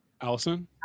Allison